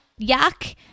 yuck